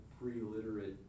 pre-literate